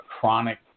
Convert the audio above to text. chronic